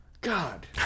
God